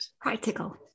Practical